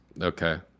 Okay